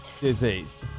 diseased